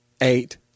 Eight